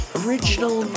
original